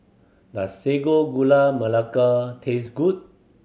does Sago Gula Melaka taste good